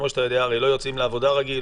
כמו שאתה יודע הרי לא יוצאים לעבודה רגיל,